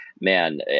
man